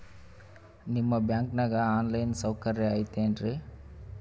ನಿಮ್ಮ ಬ್ಯಾಂಕನಾಗ online ಸೌಕರ್ಯ ಐತೇನ್ರಿ?